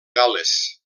gal·les